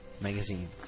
magazine